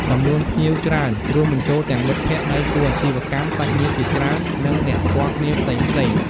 ចំនួនភ្ញៀវច្រើន រួមបញ្ចូលទាំងមិត្តភក្តិ ដៃគូអាជីវកម្ម សាច់ញាតិជាច្រើន និងអ្នកស្គាល់គ្នាផ្សេងៗ។